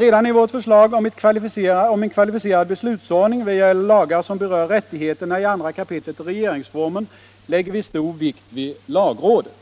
Redan i vårt förslag om en kvalificerad beslutsordning vad gäller lagar som berör rättigheterna i 2 kap. regeringsformen lägger vi stor vikt vid lagrådet.